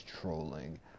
trolling